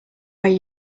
way